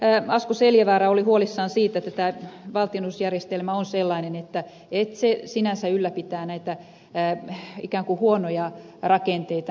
asko seljavaara oli huolissaan siitä että tämä valtionosuusjärjestelmä on sellainen että se sinänsä ylläpitää näitä ikään kuin huonoja rakenteita